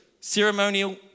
Ceremonial